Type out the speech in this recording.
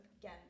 again